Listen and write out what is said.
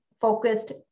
focused